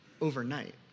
overnight